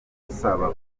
dusaba